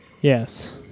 Yes